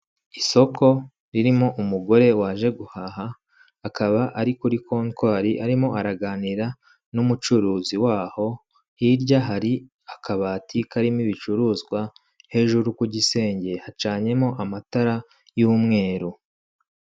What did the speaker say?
Isoko ririmo umugore waje guhaha, akaba ari kuri kontwari arimo araganira n'umucuruzi w'aho, hirya hari akabati karimo ibicuruzwa, hejuru ku gisenge hacanyemo amatara y'umweru.